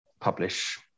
publish